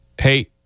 Hey